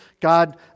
God